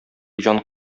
җан